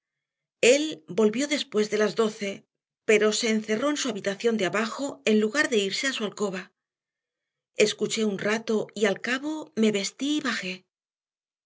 él volvió después de las doce pero se encerró en su habitación de abajo en lugar de irse a su alcoba escuché un rato y al cabo me vestí y bajé